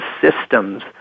systems